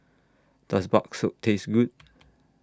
Does Bakso Taste Good